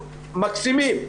מקסימים.